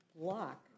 block